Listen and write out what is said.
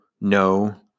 no